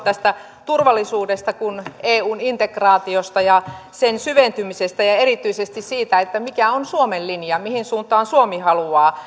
turvallisuudesta kuin eun integraatiosta ja sen syventymisestä ja erityisesti siitä mikä on suomen linja mihin suuntaan suomi haluaa olisinkin